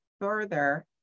further